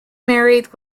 married